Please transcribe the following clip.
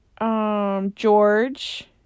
George